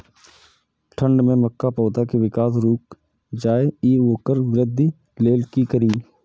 ठंढ में मक्का पौधा के विकास रूक जाय इ वोकर वृद्धि लेल कि करी?